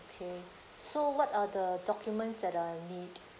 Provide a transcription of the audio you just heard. okay so what are the documents that I need